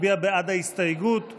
מצביע בעד ההסתייגות,